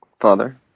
father